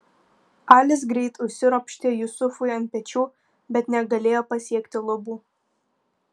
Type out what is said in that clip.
alis greit užsiropštė jusufui ant pečių bet negalėjo pasiekti lubų